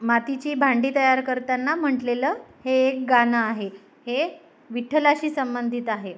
मातीची भांडी तयार करताना म्हटलेलं हे एक गाणं आहे हे विठ्ठलाशी संबंधित आहे